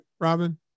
Robin